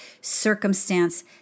circumstance